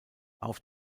auf